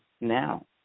now